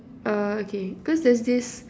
uh okay cause there's this